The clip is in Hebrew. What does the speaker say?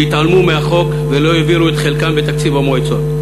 שהתעלמו מהחוק ולא העבירו את חלקן בתקציב המועצות.